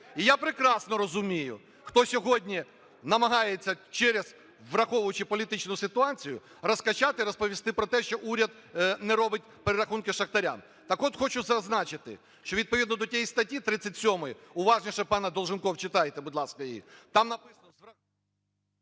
І я прекрасно розумію, хто сьогодні намагається через… враховуючи політичну ситуацію, розкачати і розповісти про те, що уряд не робить перерахунки шахтарям. Так от, хочу зазначити, що відповідно до тієї статті 37, уважніше, пане Долженков, читайте, будь ласка, її. Там…